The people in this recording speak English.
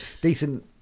decent